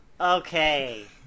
Okay